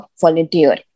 volunteer